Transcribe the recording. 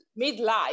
midlife